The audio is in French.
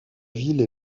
ville